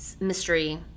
mystery